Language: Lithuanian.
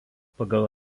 pagal